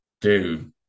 Dude